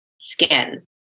skin